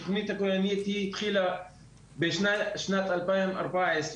התכנית הכוללנית התחילה בשנת 2014,